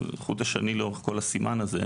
חוט השני לאורך כל הסימן הזה,